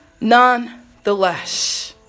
nonetheless